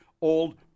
old